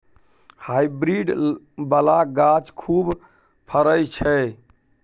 hybrid बला गाछ खूब फरइ छै